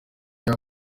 yaba